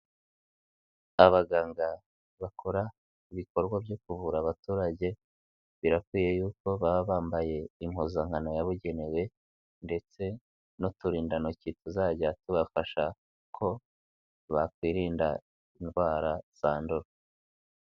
Abaganga bakora ibikorwa byo kuvura abaturage, birakwiye yuko baba bambaye impuzankano yabugenewe ndetse n'uturindantoki tuzajya tubafasha ko bakwirinda indwara zandura.